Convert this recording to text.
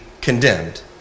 condemned